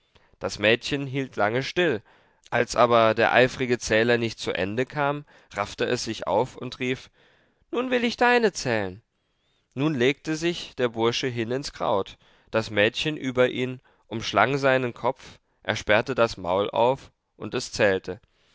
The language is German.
das mädchen hielt lange still als aber der eifrige zähler nicht zu ende kam raffte es sich auf und rief nun will ich deine zählen nun legte sich der bursche hin ins kraut das mädchen über ihn umschlang seinen kopf er sperrte das maul auf und es zählte